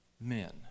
men